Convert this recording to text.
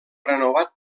renovat